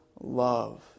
love